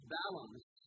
balance